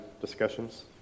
discussions